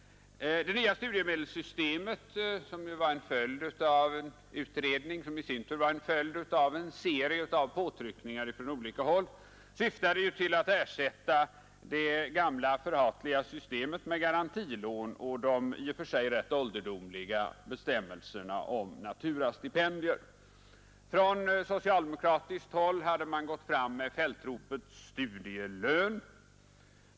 Det nya studiemedelssystemet, som ju var en följd av en utredning som i sin tur var en följd av en serie av påtryckningar från olika håll, syftade till att ersätta det gamla, förhatliga systemet med garantilån och de i och för sig rätt ålderdomliga bestämmelserna om naturastipendier. Från socialdemokratiskt håll hade man gått fram med fältropet studielön.